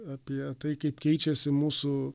apie tai kaip keičiasi mūsų